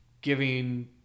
giving